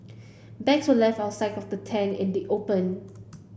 bags were left outside the tent in the open